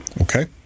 Okay